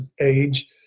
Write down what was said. age